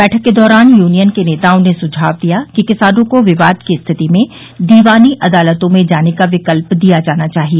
बैठक के दौरान यूनियन के नेताओं ने सुझाव दिया कि किसानों को विवाद की स्थिति में दीवानी अदालतों में जाने का विकल्प दिया जाना चाहिए